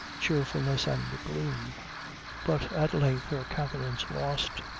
cheerfulness and gloom but at length her countenance lost,